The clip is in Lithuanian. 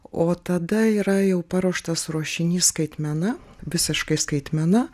o tada yra jau paruoštas ruošinys skaitmena visiškai skaitmena